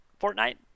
Fortnite